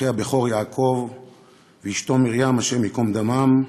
אחי הבכור יעקב ואשתו מרים, השם ייקום דמם,